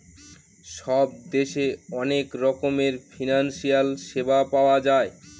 সব দেশে অনেক রকমের ফিনান্সিয়াল সেবা পাওয়া যায়